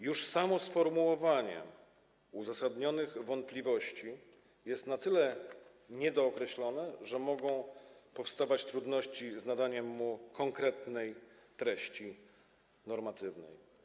Już samo sformułowanie uzasadnionych wątpliwości jest na tyle niedookreślone, że mogą powstawać trudności z nadaniem mu konkretnej treści normatywnej.